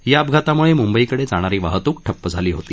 या अपघातामुळे मुंबईकडे जाणारी वाहतूक ठप्प झाली होती